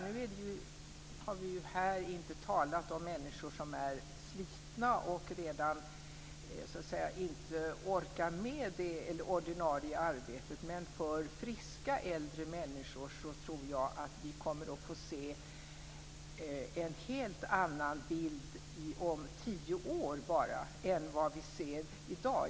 Nu har vi ju inte här talat om människor som är slitna och inte orkar med det ordinarie arbetet, men för friska äldre människor tror jag att vi kommer att få se en helt annan bild om tio år bara än vad vi ser i dag.